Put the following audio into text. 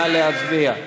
נא להצביע.